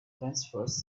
transverse